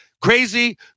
crazy